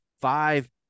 five